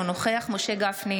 אינו נוכח משה גפני,